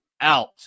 out